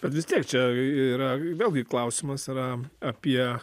bet vis tiek čia yra vėlgi klausimas yra apie